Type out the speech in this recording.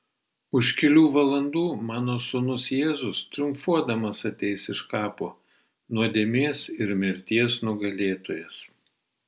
už kelių valandų mano sūnus jėzus triumfuodamas ateis iš kapo nuodėmės ir mirties nugalėtojas